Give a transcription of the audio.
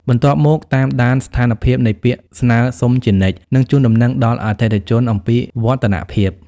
បន្ទាប់មក តាមដានស្ថានភាពនៃពាក្យស្នើសុំជានិច្ច និងជូនដំណឹងដល់អតិថិជនអំពីវឌ្ឍនភាព។